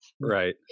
right